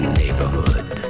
neighborhood